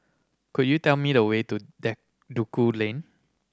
could you tell me the way to Duku Lane